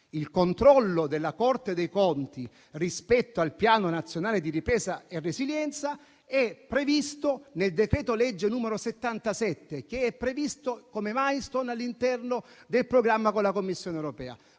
il controllo della Corte dei conti rispetto al Piano nazionale di ripresa e resilienza è previsto nel decreto-legge n. 77 del 2021 che è previsto come *milestone* all'interno del programma con la Commissione europea.